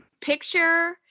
Picture